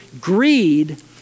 greed